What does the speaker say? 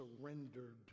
surrendered